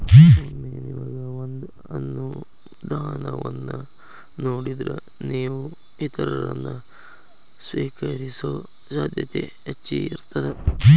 ಒಮ್ಮೆ ನಿಮಗ ಒಂದ ಅನುದಾನವನ್ನ ನೇಡಿದ್ರ, ನೇವು ಇತರರನ್ನ, ಸ್ವೇಕರಿಸೊ ಸಾಧ್ಯತೆ ಹೆಚ್ಚಿರ್ತದ